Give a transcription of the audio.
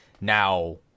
Now